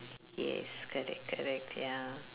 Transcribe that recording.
yes correct correct ya